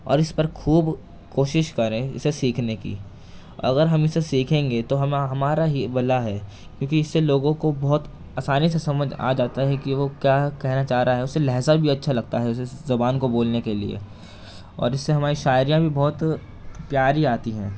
اور اس پر خوب کوشش کریں اسے سیکھنے کی اگر ہم اسے سیکھیں گے تو ہمارا ہی بھلا ہے کیونکہ اس سے لوگوں کو بہت آسانی سے سمجھ آ جاتا ہے کہ وہ کیا کہنا چاہ رہا ہے اسے لہجہ بھی اچّھا لگتا ہے زبان کو بولنے کے لیے اور اس سے ہماری شاعری بھی بہت پیاری آتی ہیں